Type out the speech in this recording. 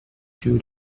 two